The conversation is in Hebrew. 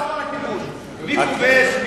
מי כובש?